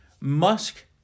Musk